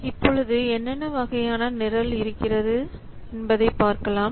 இப்பொழுது என்னென்ன வகையான நிரல் இருக்கிறது என்பதை பார்க்கலாம்